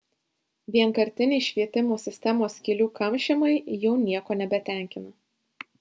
vienkartiniai švietimo sistemos skylių kamšymai jau nieko nebetenkina